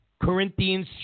Corinthians